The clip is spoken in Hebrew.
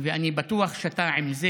ואני בטוח שעם זה